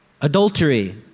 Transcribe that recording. Adultery